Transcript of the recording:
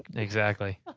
exactly!